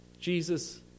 Jesus